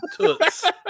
toots